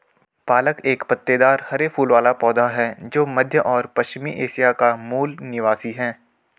पालक एक पत्तेदार हरे फूल वाला पौधा है जो मध्य और पश्चिमी एशिया का मूल निवासी है